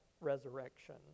resurrection